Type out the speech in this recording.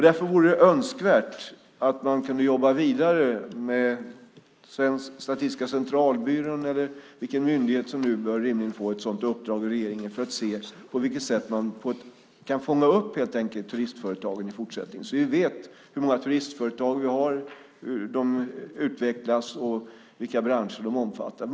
Därför vore det önskvärt att man kunde jobba vidare med Statistiska centralbyrån eller vilken myndighet det nu är som rimligen bör få ett sådant uppdrag av regeringen för att se på vilket sätt man kan fånga upp turistföretagen i fortsättningen så att vi vet hur många turistföretag vi har, hur de utvecklas och vilka branscher de omfattar.